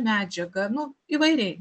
medžiagą nu įvairiai